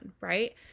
right